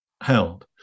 held